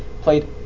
played